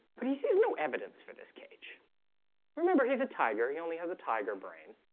but he says no evidence for this cage remember, he's a tiger he only has a tiger brain